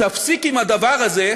תפסיק עם הדבר הזה,